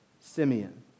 simeon